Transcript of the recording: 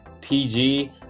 PG